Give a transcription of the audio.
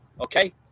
Okay